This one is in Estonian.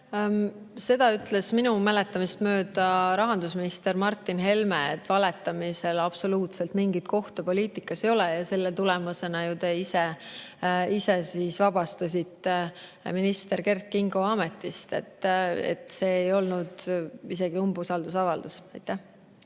Seda ütles minu mäletamist mööda rahandusminister Martin Helme, et valetamisel poliitikas absoluutselt mingit kohta ei ole, ja selle tulemusena ju te ise vabastasite minister Kert Kingo ametist. See ei olnud isegi umbusaldusavaldus. Aitäh!